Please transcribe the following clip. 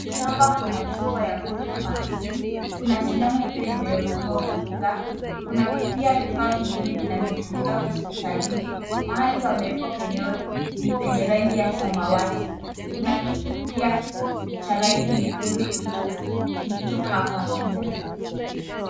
Hapa kuna chupa ya PolioVaccine. Kuna sindano pia inayotumiwa kudunga. Kuna pia vifaa vingine vinavyotumika hospitalini .Mahali pameekwa penyewe ni penye rangi ya samawati. Kuna kitu pia cha rangi nyekundu kilicho hapa pia.